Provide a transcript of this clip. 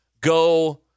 go